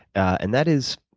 and that is,